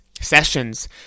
sessions